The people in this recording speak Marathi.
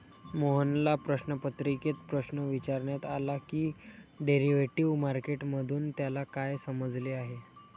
मोहनला प्रश्नपत्रिकेत प्रश्न विचारण्यात आला की डेरिव्हेटिव्ह मार्केट मधून त्याला काय समजले आहे?